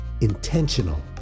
intentional